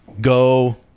go